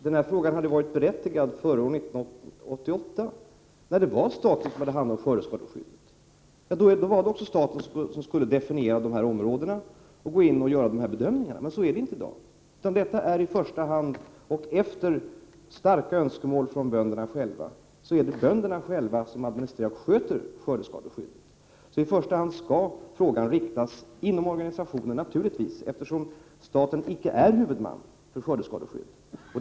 Fru talman! Frågan hade varit berättigad före år 1988, när det var staten som hade hand om skördeskadeskyddet. Då var det också staten som skulle definiera områdena och göra bedömningarna, men så är det inte i dag. Efter starka önskemål från bönderna själva är det numera bönderna själva som administrerar och sköter skördeskadeskyddet. Naturligtvis skall frågan i första hand ställas inom organisationen, eftersom staten icke är huvudman för skördeskadeskyddet.